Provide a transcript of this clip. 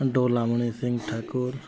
Dolamani Singh Thakur